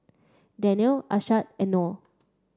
Daniel Ashraf and Noh